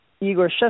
Igor